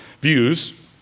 views